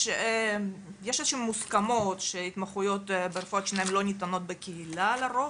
יש מוסכמות שהתמחויות ברפואת שיניים לא ניתנות בקהילה לרוב.